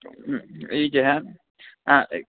ई जे है